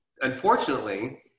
unfortunately